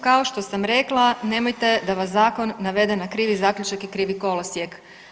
Kao što sam rekla nemojte da vas zakon dovede na krivi zaključak i krivi kolosijek.